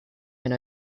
and